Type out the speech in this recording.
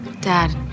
Dad